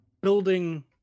building